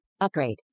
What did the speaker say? Upgrade